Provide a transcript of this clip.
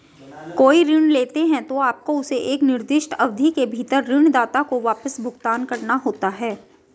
कोई ऋण लेते हैं, तो आपको उसे एक निर्दिष्ट अवधि के भीतर ऋणदाता को वापस भुगतान करना होता है